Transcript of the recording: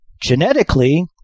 genetically